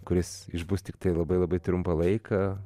kuris išbus tiktai labai labai trumpą laiką